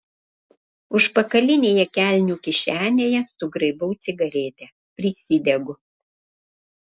užpakalinėje kelnių kišenėje sugraibau cigaretę prisidegu